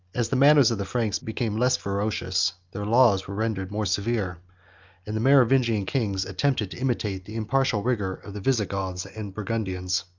as the manners of the franks became less ferocious, their laws were rendered more severe and the merovingian kings attempted to imitate the impartial rigor of the visigoths and burgundians.